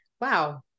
Wow